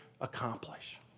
accomplish